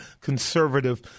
conservative